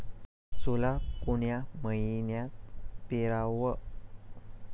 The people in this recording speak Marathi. सोला कोन्या मइन्यात पेराव?